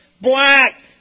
black